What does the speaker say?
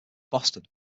boston